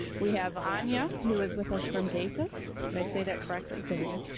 we have anya who is with us from gesis, did i say that correctly very good.